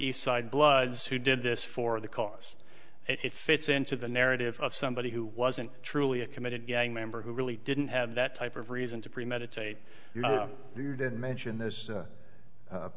east side bloods who did this for the cause it fits into the narrative of somebody who wasn't truly a committed gang member who really didn't have that type of reason to premeditate didn't mention this